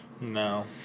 No